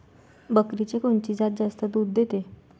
बकरीची कोनची जात जास्त दूध देते?